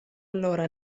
allora